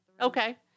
Okay